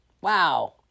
wow